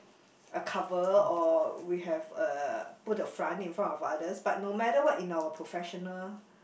a cover or we have uh put a front in front of others but no matter what in our professional